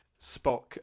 Spock